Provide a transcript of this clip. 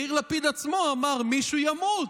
יאיר לפיד עצמו אמר: מישהו ימות,